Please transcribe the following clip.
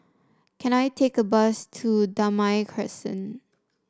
can I take a bus to Damai Crescent